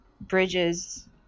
bridges